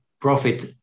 profit